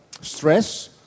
stress